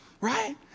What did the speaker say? right